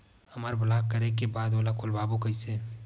हमर ब्लॉक करे के बाद ओला खोलवाबो कइसे?